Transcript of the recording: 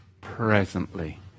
presently